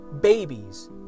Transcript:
babies